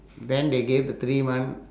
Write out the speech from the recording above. then they gave the three month